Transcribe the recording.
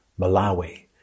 Malawi